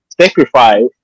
Sacrifice